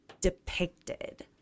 depicted